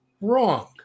wrong